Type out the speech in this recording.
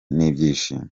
n’ibyishimo